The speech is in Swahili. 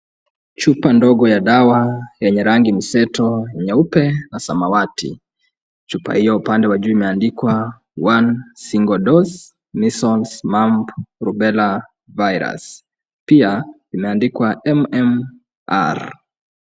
Chupa ndogo ya dawa yenye rangi mseto nyeupe na samawati, chupa hiyo upande wa juu imeandikwa one single dose measles, mumps, rubella virus . Pia imeandikwa MMR.